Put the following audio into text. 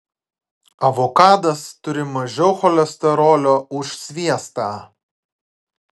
avokadas turi mažiau cholesterolio už sviestą